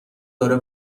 داره